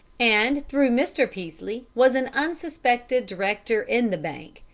and through mr. peaslee was an unsuspected director in the bank,